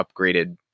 upgraded